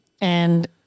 and-